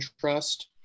trust